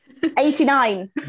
89